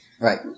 right